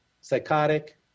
psychotic